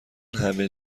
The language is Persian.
همه